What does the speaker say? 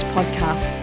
Podcast